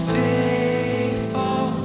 faithful